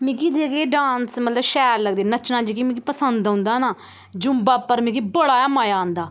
मिगी जेह्के डांस मतलब शैल लगदे ना नच्चना जेह्का मिगी पसंद औंदा ना जुम्बा पर मिगी बड़ा मज़ा आंदा